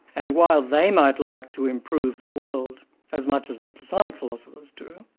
and while they might like to improve the world as much as the platonic philosophers do,